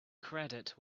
credit